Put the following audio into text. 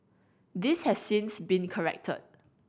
this has since been corrected